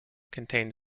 contained